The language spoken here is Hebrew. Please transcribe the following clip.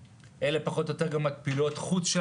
אלה פחות או יותר גם פעילויות חוץ.